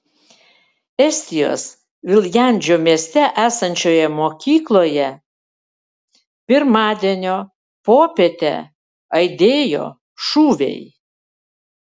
estijos viljandžio mieste esančioje mokykloje pirmadienio popietę aidėjo šūviai